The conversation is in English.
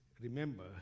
remember